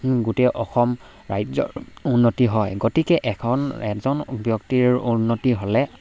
গোটেই অসম ৰাজ্যৰ উন্নতি হয় গতিকে এখন এজন ব্যক্তিৰ উন্নতি হ'লে